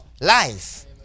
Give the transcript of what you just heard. life